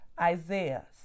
Isaiah